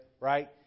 right